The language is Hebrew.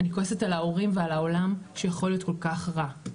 אני כועסת על ההורים ועל העולם שיכול להיות כל כך רע.